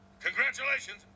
Congratulations